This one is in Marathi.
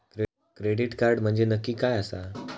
क्रेडिट कार्ड म्हंजे नक्की काय आसा?